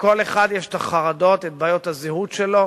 לכל אחד יש החרדות, בעיות הזהות שלו,